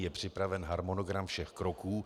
Je připraven harmonogram všech kroků.